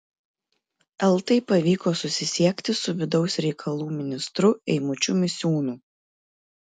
eltai pavyko susisiekti su vidaus reikalų ministru eimučiu misiūnu